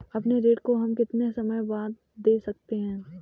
अपने ऋण को हम कितने समय बाद दे सकते हैं?